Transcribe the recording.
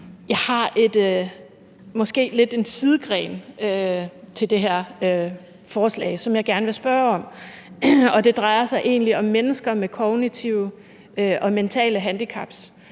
Der er måske lidt en sidegren til det her forslag, som jeg gerne vil spørge om, og det drejer sig egentlig om mennesker med kognitive og mentale handicap.